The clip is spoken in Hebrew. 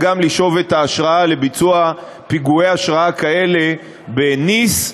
גם לשאוב את ההשראה לביצוע פיגועי השראה כאלה בניס,